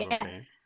yes